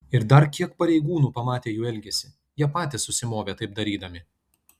ir dar kiek pareigūnų pamatė jų elgesį jie patys susimovė taip darydami